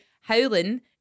Howling